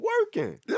working